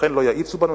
לכן לא יאיצו בנו.